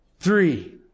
Three